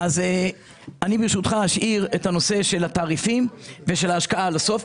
אני אשאיר את הנושא של התעריפים ושל ההשקעה לסוף,